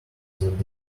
that